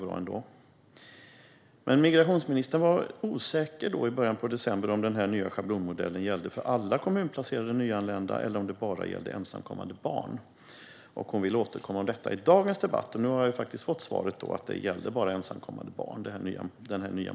I början av december var migrationsministern osäker på om den nya schablonmodellen gällde för alla kommunplacerade nyanlända eller bara för ensamkommande barn. Hon ville återkomma om detta. I dagens debatt har jag fått svaret att modellen bara gällde de ensamkommande barnen. Varför är det så?